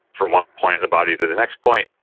from one point in the body to the next point,